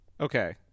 Okay